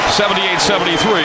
78-73